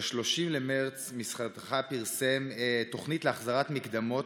ב-30 במרץ משרדך פרסם תוכנית להחזרת מקדמות